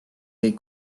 tõi